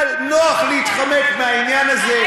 אבל נוח להתחמק מהעניין הזה,